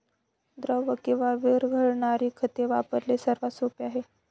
द्रव किंवा विरघळणारी खते वापरणे सर्वात सोपे आहे